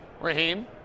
Raheem